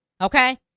Okay